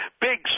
big